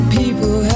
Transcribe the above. people